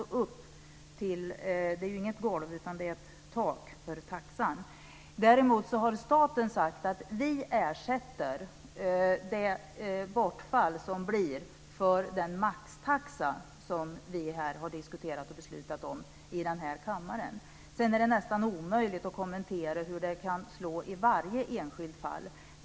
Maxtaxan innebär ju inget golv utan ett tak för taxan. Däremot har staten sagt att man ersätter det bortfall som blir för den maxtaxa som vi har diskuterat och fattat beslut om i denna kammare. Sedan är det nästan omöjligt att kommentera hur maxtaxan kan slå i varje enskilt fall.